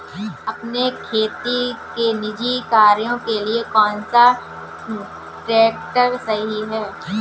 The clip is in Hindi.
अपने खेती के निजी कार्यों के लिए कौन सा ट्रैक्टर सही है?